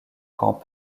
grand